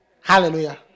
Hallelujah